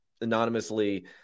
anonymously